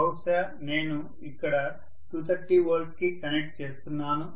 బహుశా నేను ఇక్కడ 230 V కి కనెక్ట్ చేస్తున్నాను